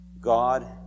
God